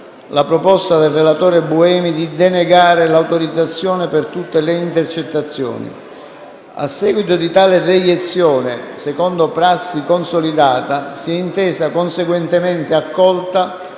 la proposta del relatore Buemi di denegare l'autorizzazione per tutte le intercettazioni. A seguito di tale reiezione, secondo prassi consolidata, si è intesa conseguentemente accolta